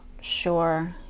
sure